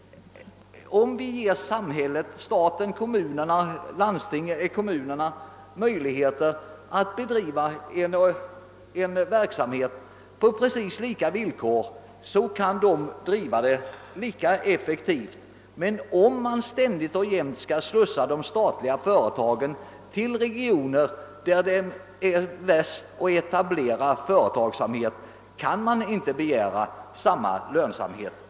Om vi ger staten och kommunerna möjligheter att bedriva en verksamhet på lika villkor kan denna enligt min åsikt bli lika effektiv, men om de statliga företagen ständigt skall slussas till regioner där det är svårast att etablera företagsamhet kan man inte begära samma lönsamhet.